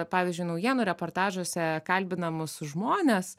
pavyzdžiui naujienų reportažuose kalbinamus žmones